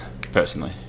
personally